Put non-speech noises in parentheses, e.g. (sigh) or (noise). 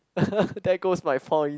(laughs) there goes my point